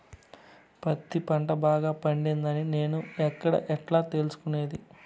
పత్తి పంట బాగా పండిందని నేను ఎక్కడ, ఎట్లా తెలుసుకునేది?